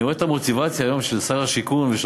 אני רואה היום את המוטיבציה של שר השיכון ושל